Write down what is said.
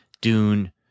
Dune